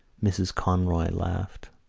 mrs. conroy laughed.